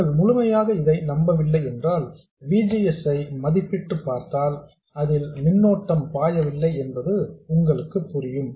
நீங்கள் முழுமையாக இதை நம்பவில்லை என்றால் V G S ஐ மதிப்பிட்டு பார்த்தால் அதில் மின்னோட்டம் பாயவில்லை என்பது உங்களுக்கு புரியும்